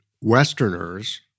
Westerners